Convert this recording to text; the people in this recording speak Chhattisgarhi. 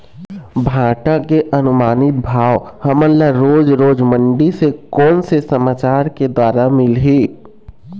भांटा के अनुमानित भाव हमन ला रोज रोज मंडी से कोन से समाचार के द्वारा मिलही?